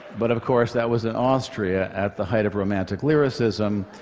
but of course, that was in austria at the height of romantic lyricism,